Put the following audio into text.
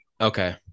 Okay